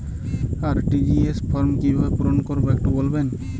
RTGS form কিভাবে পূরণ করবো একটু বলবেন?